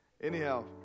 Anyhow